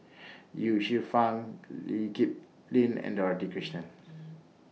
Ye Shufang Lee Kip Lin and Dorothy Krishnan